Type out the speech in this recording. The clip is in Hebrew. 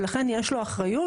ולכן יש לו אחריות.